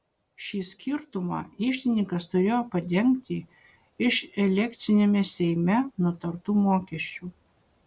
šį skirtumą iždininkas turėjo padengti iš elekciniame seime nutartų mokesčių